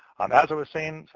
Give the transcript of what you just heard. um as i was saying,